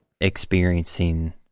experiencing